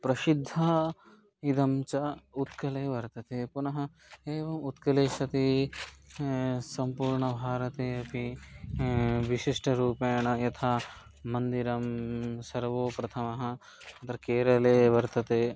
प्रसिद्धाः इदं च उत्कले वर्तते पुनः एवम् उत्कलेष्वपि सम्पूर्ण भारते अपि विशिष्टरूपेण यथा मन्दिरं सर्वप्रथमः अत्र केरले वर्तते